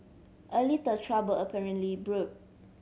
a little trouble apparently brewed